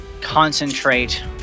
concentrate